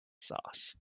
sauce